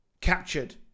captured